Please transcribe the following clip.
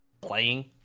playing